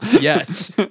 yes